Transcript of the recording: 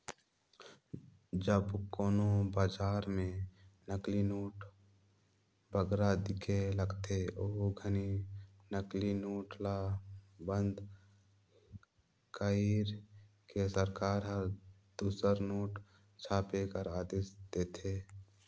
जब कोनो बजार में नकली नोट बगरा दिखे लगथे, ओ घनी नकली नोट ल बंद कइर के सरकार हर दूसर नोट छापे कर आदेस देथे